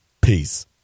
Peace